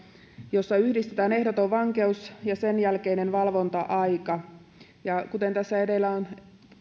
jossa yhdistetään ehdoton vankeus ja sen jälkeinen valvonta aika kuten tässä on